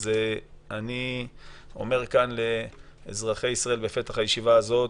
אז אני אומר כאן לאזרחי ישראל בפתח הישיבה הזאת: